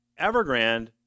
Evergrande